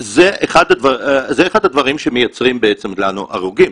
זה אחד הדברים שמייצרים לנו הרוגים.